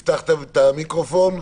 גם את תכליתו הספציפית בהליך.